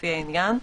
לפי העניין,